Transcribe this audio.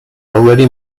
already